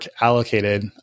allocated